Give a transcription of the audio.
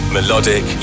Melodic